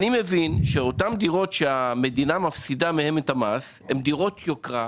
אני מבין שאותן דירות שהמדינה מפסידה מהן את המס הן דירות יוקרה,